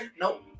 Nope